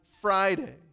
Friday